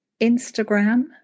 Instagram